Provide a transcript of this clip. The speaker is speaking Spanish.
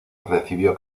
recibió